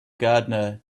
gardener